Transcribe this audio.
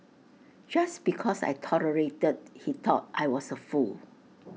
just because I tolerated he thought I was A fool